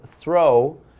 throw